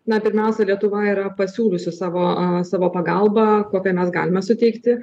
na pirmiausia lietuva yra pasiūliusi savo savo pagalbą kokią mes galime suteikti